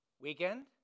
weekend